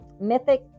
Mythic